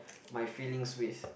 my feelings with